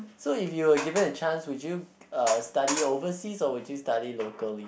so if you were given a chance would you uh study overseas or would you study locally